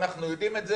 אנחנו יודעים את זה,